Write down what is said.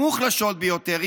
המוחלשות ביותר,